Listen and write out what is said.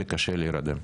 והיה לי קשה להירדם.